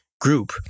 group